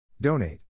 Donate